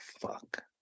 fuck